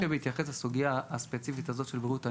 אני חושב שבהתייחס לסוגיה הספציפית הזאת של בריאות הנפש,